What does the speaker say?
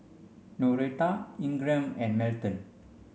Noretta Ingram and Melton